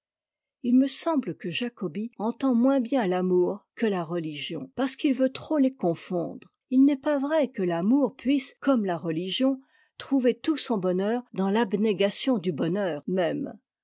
i me semble que jacobi entend moins bien l'amour que la religion parce qu'il veut trop les confondre il n'est pas vrai que l'amour puisse comme la religion trouver tout son bonheur dans l'abnégation du bonheur même